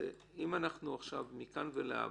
מכאן ולהבא,